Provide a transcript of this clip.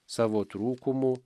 savo trūkumų